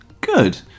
Good